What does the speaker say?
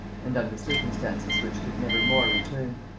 and under circumstances which could never more return.